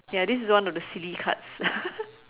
ya this is one of the silly cards